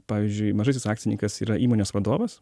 pavyzdžiui mažasis akcininkas yra įmonės vadovas